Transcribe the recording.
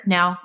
Now